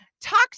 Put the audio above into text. talk